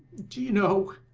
do you know,